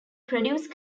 produce